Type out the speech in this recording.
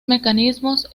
mecanismos